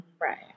Right